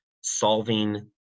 solving